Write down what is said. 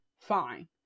fine